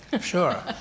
Sure